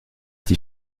die